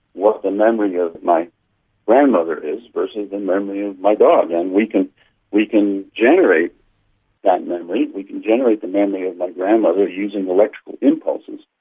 what the memory of my grandmother is versus the memory of my dog. and we can we can generate that memory, we can generate the memory of my grandmother using electrical impulses.